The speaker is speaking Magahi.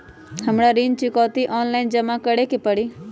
हमरा ऋण चुकौती ऑनलाइन जमा करे के परी?